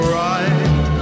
right